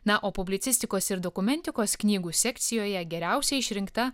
na o publicistikos ir dokumentikos knygų sekcijoje geriausia išrinkta